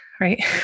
right